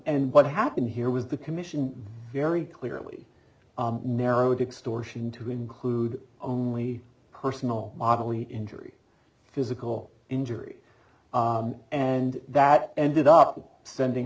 and what happened here was the commission very clearly narrowed extortion to include only personal oddly injury physical injury and that ended up sending